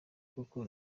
koko